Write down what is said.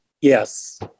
Yes